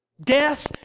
Death